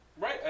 Right